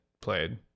played